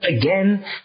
again